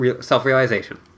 self-realization